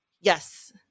Yes